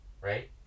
Right